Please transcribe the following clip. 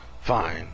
Fine